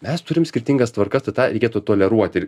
mes turim skirtingas tvarkas tad tą reikėtų toleruot ir